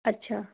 ਅੱਛਾ